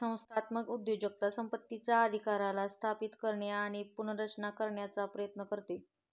संस्थात्मक उद्योजकता संपत्तीचा अधिकाराला स्थापित करणे आणि पुनर्रचना करण्याचा प्रयत्न करते